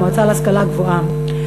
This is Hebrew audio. המועצה להשכלה גבוהה.